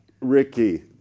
Ricky